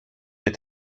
est